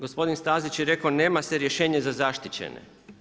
Gospodin Stazić je rekao nema se rješenje za zaštićene.